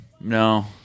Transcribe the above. No